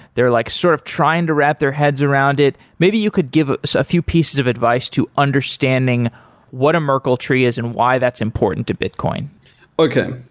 they're like sort of trying to wrap their heads around it. maybe you could give ah a few pieces of advice to understanding what a merkel tree is and why that's important to bitcoin okay.